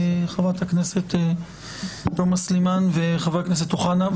חברת הכנסת תומא סלימאן וחבר הכנסת אוחנה,